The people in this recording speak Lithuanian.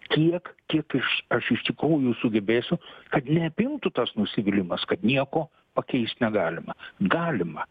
tiek kiek iš aš iš tikrųjų sugebėsiu kad neapimtų tas nusivylimas kad nieko pakeist negalima galima